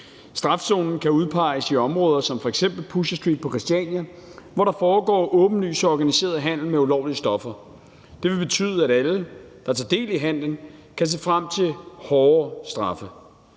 Strafzonen kan udpeges i områder som f.eks. Pusher Street på Christiania, hvor der foregår åbenlys og organiseret handel med ulovlige stoffer. Det vil betyde, at alle, der tager del i handelen, kan se frem til hårdere straffe.